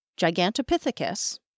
Gigantopithecus